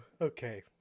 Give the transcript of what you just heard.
Okay